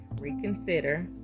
reconsider